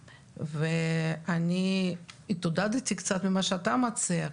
אני התעודדתי קצת ממה שאתה מציע,